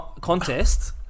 contest